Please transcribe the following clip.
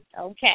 okay